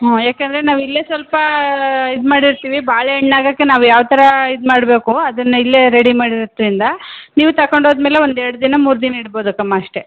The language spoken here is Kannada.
ಹ್ಞೂ ಏಕೆಂದ್ರೆ ನಾವು ಇಲ್ಲೇ ಸ್ವಲ್ಪ ಇದು ಮಾಡಿರ್ತೀವಿ ಬಾಳೆಹಣ್ಣು ಆಗೋಕ್ಕೆ ನಾವು ಯಾವ ಥರ ಇದು ಮಾಡಬೇಕು ಅದನ್ನೇ ಇಲ್ಲೇ ರೆಡಿ ಮಾಡಿದ್ರಿಂದ ನೀವು ತಕೊಂಡು ಹೋದ ಮೇಲೆ ಒಂದು ಎರಡು ದಿನ ಮೂರು ದಿನ ಇಡ್ಬೋದು ಕಮ್ಮಾ ಅಷ್ಟೇ